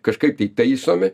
kažkaip tai taisomi